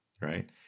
right